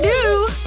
do!